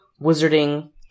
wizarding